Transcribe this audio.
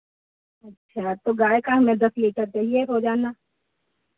अच्छा तो गाय का हमें दस लीटर चाहिए रोज़ाना